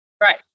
Right